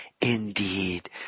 Indeed